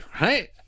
right